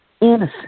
innocent